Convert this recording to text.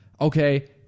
okay